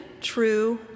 true